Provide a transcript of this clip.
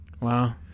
Wow